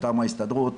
מטעם ההסתדרות,